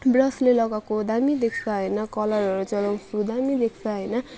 ब्रसले लगाएको दामी देख्छ होइन कलरहरू चलाउँछौँ दामी देख्छ होइन